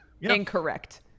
Incorrect